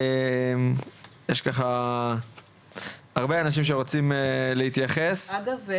יש הרבה אנשים שרוצים להתייחס אגב,